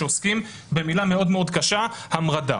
שעוסקים במילה מאוד-מאוד קשה המרדה.